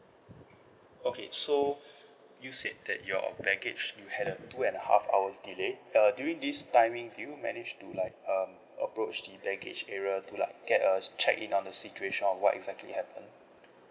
okay so you said that your baggage you had a two and half hours delay err during this timing did you manage to like um approach the baggage area to like get a check in on the situation on what exactly happened